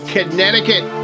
Connecticut